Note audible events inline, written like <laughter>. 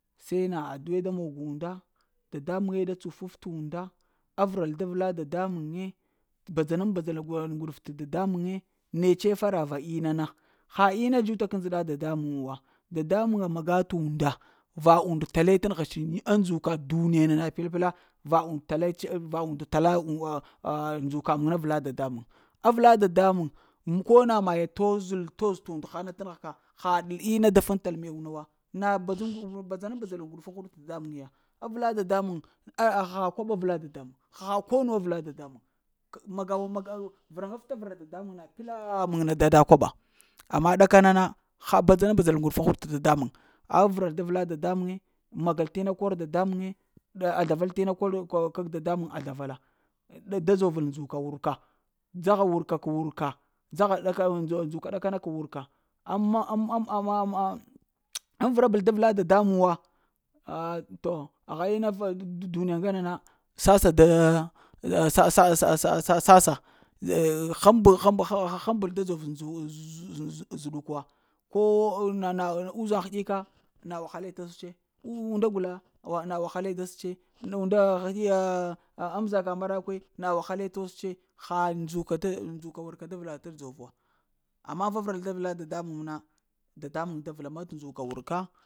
Se na duwe da mog unda dadamuŋwe da tsufaf t'unda avəral da vla dada muŋ ye badza-nu-badzal t'ŋguɗuf t’ dada muŋ ye, netse faraghra ina na, ha ina dzota ka ndzəɗa dada muŋ wa, dadamuŋa maga a t'unda, va unda tale ta negh ɗe ndzuka va duniya na na ple-pla va und tale tse va und tala <hesitation> ndzukal na avla dadamuŋ. Avla dada muŋ ko na maya toz taoz t’ und hana t'negh ka ha hal ina da fuŋtal da mew na wa na na badza nul badzal t’ nguɗuf uŋ huɗ t’ dada muŋ ya avla dada muŋ eh aha kwaɓa avla dadamuŋ aha ko nuwa avla dadamuŋ k maga wuŋ magawuŋ vəŋgaf t vəra dada muŋ na pla muŋ na dada kwaɓa. amm ɗaka na na, ha badza-badzal ŋghɗufuŋ t'dadamuŋ, avral da vla dada muŋ yi, magal t’ ina kor dada muŋ yi azlaval la ko in dokor dada muŋ azlaval la da dzovol ndzoka whrka dzaha wurka k’ wurka dzaha ndzuƙa ka ɗakana k wurka, am-ama-ama <hesitation> ŋ vra bol da vla dadamuŋ wa ah to haha ina va duniya ngana na sassa da sa, sa sassa deh həm-həmb həmbal da dzo dzə-dzə zəɗuk wa ko na na uzaŋ həɗika na wahale tos tse u unda gula na wahale tos tse na unda heɗi, ah-ah amzaka marakwe na wahale tos tse, ha ndzuka t ndzuka wurka da vəratal dzorwa amma vavrel da vla dadamuŋ na dada muŋ da vla ma ndzuka wur ka.